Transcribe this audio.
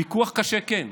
ויכוח קשה, כן.